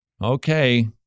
Okay